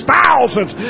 thousands